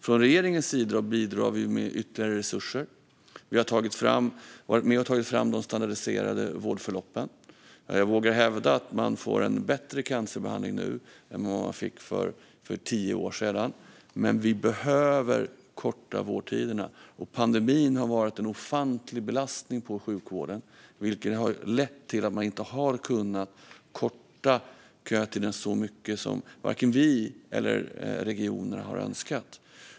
Från regeringens sida bidrar vi med ytterligare resurser. Vi har varit med om att ta fram de standardiserade vårdförloppen. Jag vågar hävda att man får en bättre cancerbehandling nu än för tio år sedan, men vi behöver korta vårdtiderna. Pandemin har varit en ofantlig belastning på sjukvården, vilket har lett till att man inte har kunnat korta kötiderna så mycket som både vi och regionerna hade önskat.